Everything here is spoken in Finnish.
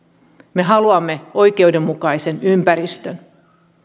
me haluamme oikeudenmukaisen ympäristön